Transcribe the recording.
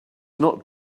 not